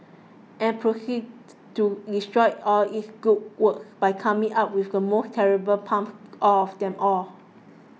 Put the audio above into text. and proceeded to destroy all its good work by coming up with the most terrible pump of them all